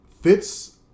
fits